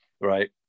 Right